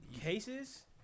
Cases